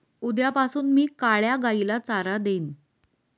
उद्यापासून मी काळ्या गाईला चारा देईन